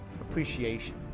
appreciation